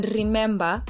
remember